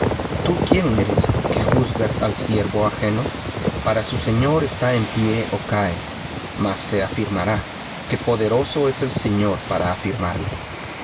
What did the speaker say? tú quién eres que juzgas al siervo ajeno para su señor está en pie ó cae mas se afirmará que poderoso es el señor para afirmarle